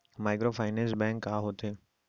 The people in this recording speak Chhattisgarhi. माइक्रोफाइनेंस बैंक का होथे?